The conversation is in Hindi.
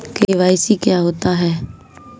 के.वाई.सी क्या होता है?